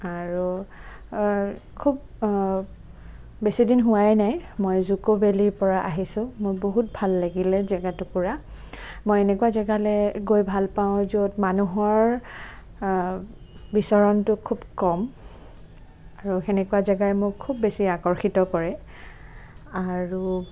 আৰু খুব বেছিদিন হোৱাই নাই মই জুক'ভেলিৰ পৰা আহিছোঁ মোৰ খুব ভাল লাগিলে জেগাটুকুৰা মই এনেকুৱা জেগালৈ গৈ ভালপাওঁ য'ত মানুহৰ বিচৰণটো খুব কম আৰু তেনেকুৱা জেগাই মোক খুব বেছি আকৰ্ষিত কৰে আৰু